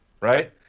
right